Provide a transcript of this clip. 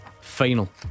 final